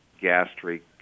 gastric